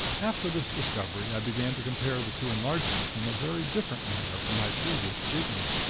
after this discovery i began to compare the two enlargements in a very different manner from my previous scrutiny.